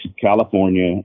California